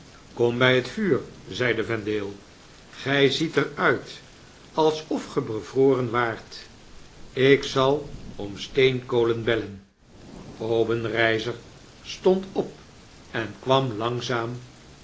kom bg bet vuur zeide vendale gij ziet er uit alsof ge bevroren waart ik zal om steenkolen bellen obenreizer stond op en kwam langzaam